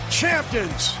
champions